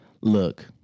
Look